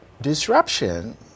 Disruption